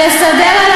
שרת משפטים שאומרת,